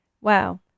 wow